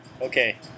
Okay